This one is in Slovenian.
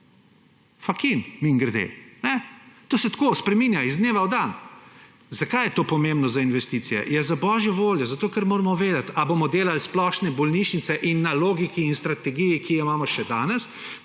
Fakin, mimogrede. To se tako spreminja iz dneva v dan. Zakaj je to pomembno za investicije? Ja, za božjo voljo, zato ker moramo vedeti, ali bomo delali splošne bolnišnice in na logiki in strategiji, ki jo imamo še danes.